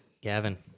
Gavin